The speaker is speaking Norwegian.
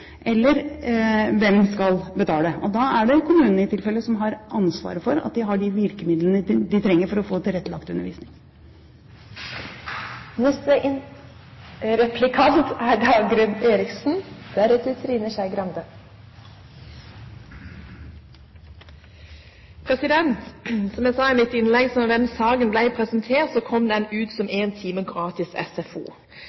Hvem skal betale? Da er det kommunene i tilfellet som har ansvaret for at de har de virkemidlene de trenger for å få tilrettelagt undervisningen. Som jeg sa i mitt innlegg: Da denne saken ble presentert, kom den ut som én time gratis SFO. Det skapte en forventning hos foreldrene, og de ble veldig irriterte på kommunen som